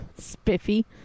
spiffy